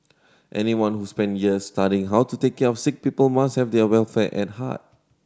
anyone who spend years studying how to take care of sick people must have their welfare at heart